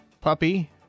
puppy